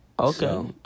Okay